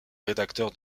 rédacteur